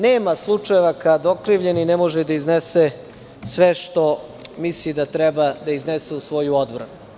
Nema slučaja kad okrivljeni ne može da iznese sve što misli da treba da iznese u svoju odbranu.